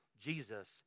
Jesus